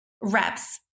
reps